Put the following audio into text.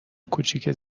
کوچیکه